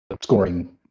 scoring